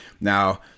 now